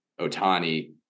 Otani